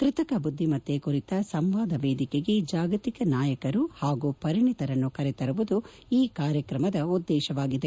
ಕ್ಸತಕ ಬುಧ್ಲಿಮತ್ತೆ ಕುರಿತ ಸಂವಾದ ವೇದಿಕೆಗೆ ಜಾಗತಿಕ ನಾಯಕರು ಹಾಗೂ ಪರಿಣಿತರನ್ನು ಕರೆತರುವುದು ಈ ಕಾರ್ಯಕ್ರಮದ ಉದ್ದೇಶವಾಗಿದೆ